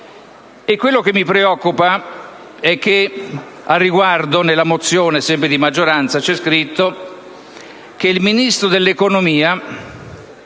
Quello che mi preoccupa è che al riguardo nella mozione di maggioranza c'è scritto che il Ministro dell'economia